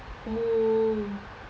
oo